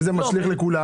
אם זה משליך על כולן,